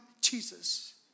Jesus